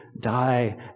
die